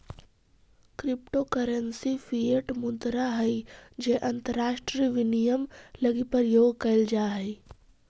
crypto currency fiat मुद्रा हइ जे अंतरराष्ट्रीय विनिमय लगी प्रयोग कैल जा हइ